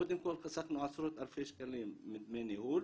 קודם כל חסכנו עשרות אלפי שקלים דמי ניהול,